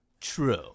True